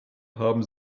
haben